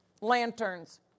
lanterns